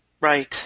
Right